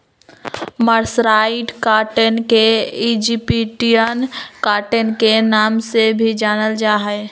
mercerised cotton के Egyptian cotton के नाम से भी जानल जा हई